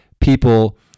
people